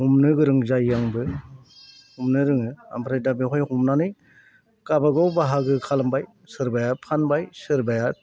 हमनो गोरों जायो आंबो हमनो रोङो ओमफ्राय दा बेवहाय हमनानै गावबागाव बाहागो खालामबाय सोरबाया फानबाय सोरबाया